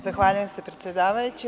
Zahvaljujem se, predsedavajuća.